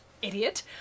idiot